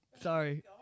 Sorry